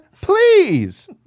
please